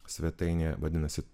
svetainėje vadinasi